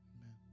Amen